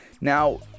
Now